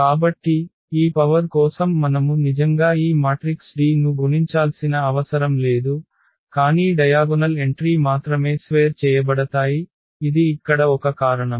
కాబట్టి ఈ పవర్ కోసం మనము నిజంగా ఈ మాట్రిక్స్ D ను గుణించాల్సిన అవసరం లేదు కానీ డయాగొనల్ ఎంట్రీ మాత్రమే స్వేర్ చేయబడతాయి ఇది ఇక్కడ ఒక కారణం